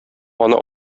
аны